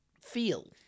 feel